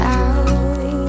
out